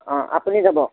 অঁ আপুনি যাব